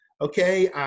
okay